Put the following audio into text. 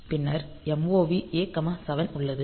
பின்னர் MOV A 7 உள்ளது